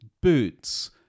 boots